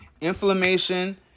inflammation